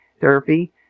therapy